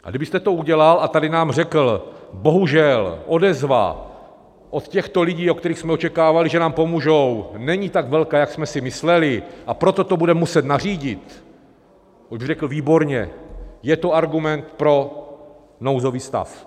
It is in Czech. A kdybyste to udělal a tady nám řekl: bohužel, odezva od těchto lidí, od kterých jsme očekávali, že nám pomůžou, není tak velká, jak jsme si mysleli, a proto to budeme muset nařídit, tak bych řekl výborně, je to argument pro nouzový stav.